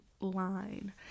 line